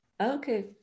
Okay